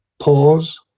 pause